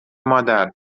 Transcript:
مادر